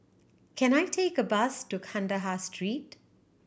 can I take a bus to Kandahar Street